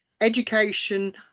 education